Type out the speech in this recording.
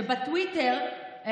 שבטוויטר,